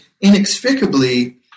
inexplicably